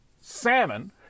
salmon